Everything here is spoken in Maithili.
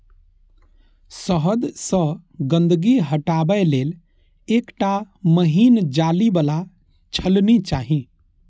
शहद सं गंदगी हटाबै लेल एकटा महीन जाली बला छलनी चाही